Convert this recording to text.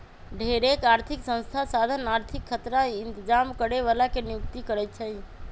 ढेरेक आर्थिक संस्था साधन आर्थिक खतरा इतजाम करे बला के नियुक्ति करै छै